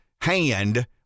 hand